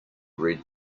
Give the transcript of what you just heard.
read